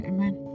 Amen